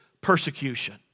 persecution